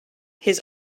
his